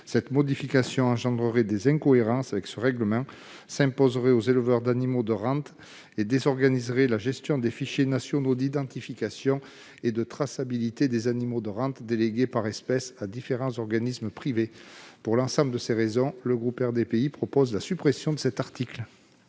telle modification engendrerait des incohérences avec ce règlement ; elle s'imposerait aux éleveurs d'animaux de rente ; elle désorganiserait la gestion des fichiers nationaux d'identification et de traçabilité des animaux de rente délégués par espèce à différents organismes privés. Pour l'ensemble de ces raisons, les élus du groupe RDPI proposent la suppression de cet article.